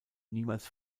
niemals